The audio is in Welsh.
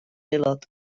aelod